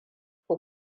ku